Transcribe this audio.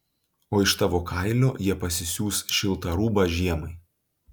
o iš tavo kailio jie pasisiūs šiltą rūbą žiemai